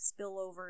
spillover